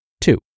Two